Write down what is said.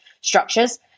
structures